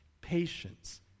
patience